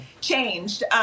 changed